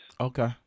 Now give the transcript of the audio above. Okay